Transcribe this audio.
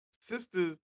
sisters